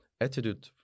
attitude